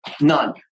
none